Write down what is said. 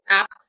app